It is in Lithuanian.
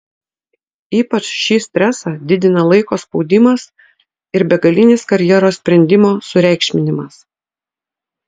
ypač šį stresą didina laiko spaudimas ir begalinis karjeros sprendimo sureikšminimas